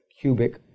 cubic